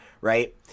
right